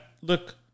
Look